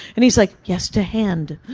and he's like, yes, to hand.